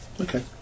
Okay